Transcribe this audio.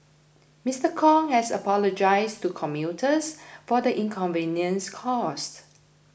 Mister Kong has apologised to commuters for the inconvenience caused